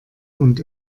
und